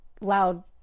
loud